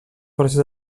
forces